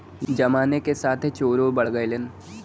जमाना के साथे चोरो बढ़ गइलन